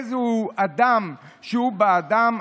איזהו אדם שהוא באדם?